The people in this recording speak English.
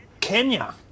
kenya